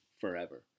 forever